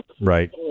right